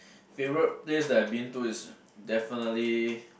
favourite place that I have been to is definitely